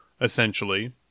essentially